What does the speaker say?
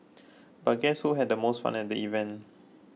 but guess who had the most fun at the event